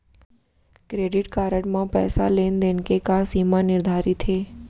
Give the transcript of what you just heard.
Credit card म पइसा लेन देन के का सीमा निर्धारित हे?